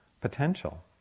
potential